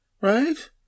right